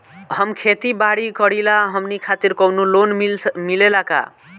हम खेती बारी करिला हमनि खातिर कउनो लोन मिले ला का?